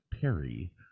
Perry